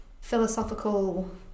philosophical